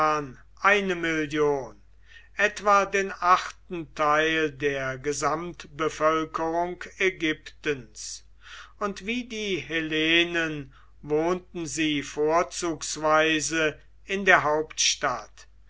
eine million etwa den achten teil der gesamtbevölkerung ägyptens und wie die hellenen wohnten sie vorzugsweise in der hauptstadt